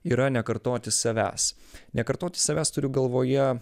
yra nekartoti savęs nekartoti savęs turiu galvoje